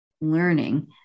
learning